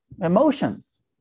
emotions